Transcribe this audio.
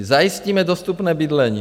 Zajistíme dostupné bydlení.